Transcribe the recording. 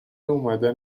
اومدن